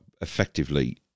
effectively